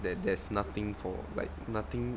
that there's nothing for like nothing